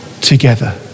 together